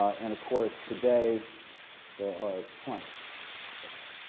and, of course, today there are twenty perhaps.